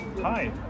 Hi